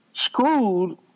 screwed